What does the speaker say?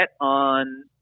on